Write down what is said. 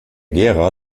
gera